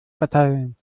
verteilen